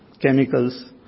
chemicals